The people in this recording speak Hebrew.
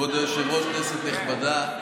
כבוד היושב-ראש, כנסת נכבדה,